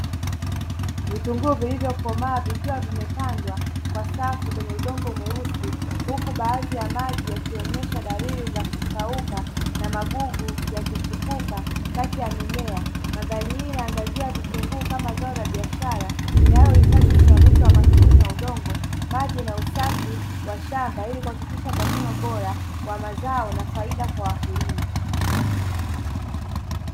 Vitunguu vilivyokomaa vikiwa vimepandwa kwa safu kwenye udongo mweusi, huku baadhi ya maji yakionyesha dalili za kukauka na magugu yakichipuka kati ya mimea. Mandhari hii inaangazia vitunguu kama zao la biashara linalohitaji usimamizi makini wa udongo, maji na usafi wa shamba ili kuhakikisha mavuno bora kwa mazao na faida kwa wakulima.